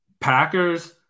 Packers